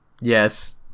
yes